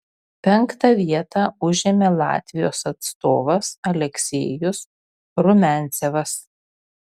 penktą vietą užėmė latvijos atstovas aleksejus rumiancevas